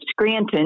Scranton